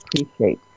appreciate